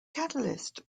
catalyst